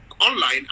online